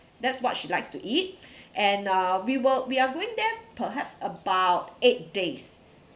that's what she likes to eat and uh we will we are going there perhaps about eight days